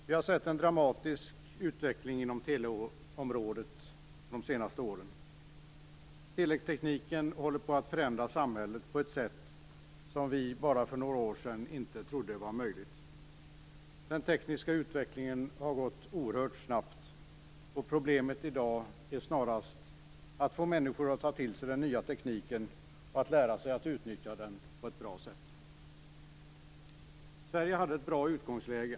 Fru talman! Vi har sett en dramatisk utveckling inom teleområdet under de senaste åren. Teletekniken håller på att förändra samhället på ett sätt som vi bara för några år sedan inte trodde var möjligt. Den tekniska utvecklingen har gått oerhört snabbt, och problemet är i dag snarast att få människor att ta till sig den nya tekniken och att lära sig utnyttja den på ett bra sätt. Sverige hade ett bra utgångsläge.